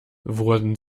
wurden